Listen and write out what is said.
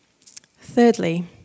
Thirdly